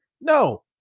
No